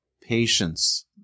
patience